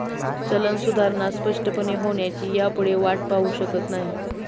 चलन सुधारणा स्पष्टपणे होण्याची ह्यापुढे वाट पाहु शकत नाही